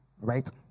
Right